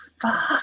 Fuck